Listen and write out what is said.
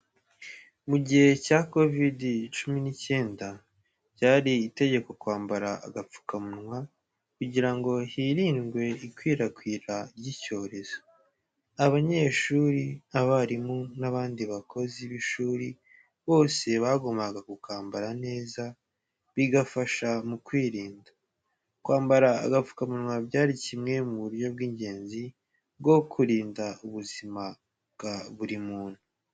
Mugihe cya COVID-19, byari itegeko kwambara agapfukamunwa kugira ngo hirindwe ikwirakwira ry'icyorezo. Abanyeshuri, abarimu n'abandi bakozi b'ishuri bose bagombaga kukambara neza, bigafasha mu kwirinda. Kwambara agapfukamunwa byari kimwe mu buryo bw’ingenzi bwo kurinda ubuzima bwa buri muntu.